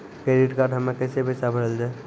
Credit card हम्मे कैसे पैसा भरल जाए?